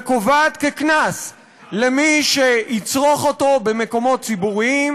וקובעת קנס למי שיצרוך אותו במקומות ציבוריים,